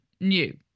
new